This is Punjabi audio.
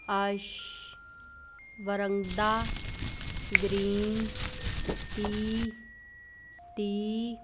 ashwagandha green tea T